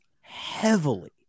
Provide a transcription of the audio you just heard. Heavily